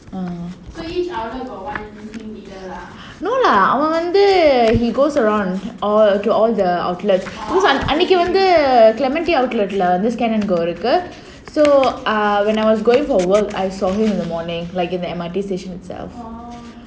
no lah அவன் வந்து:avan vandhu he goes around all to all the outlets because அன்னைக்கு வந்து:annaiku vandhu clementi outlet lah அவன்:avan so err when I was going for work I saw him in the morning like in the M_R_T station itself